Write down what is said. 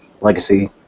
legacy